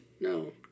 No